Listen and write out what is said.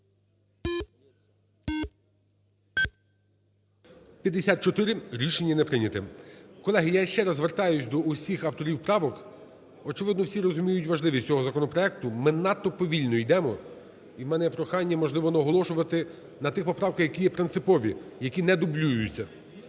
54. Рішення не прийняте. Колеги, я ще раз звертаюсь до всіх авторів правок, очевидно всі розуміють важливість цього законопроекту, ми надто повільно йдемо. І у мене прохання, можливо, наголошувати на тих поправках, які є принципові, які не дублюються.